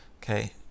okay